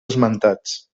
esmentats